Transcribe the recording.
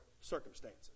circumstances